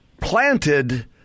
planted